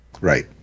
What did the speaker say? Right